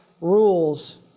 rules